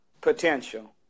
potential